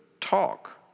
talk